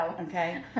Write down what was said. Okay